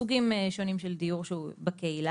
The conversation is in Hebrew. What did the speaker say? סוגים שונים של דיור שהוא בקהילה,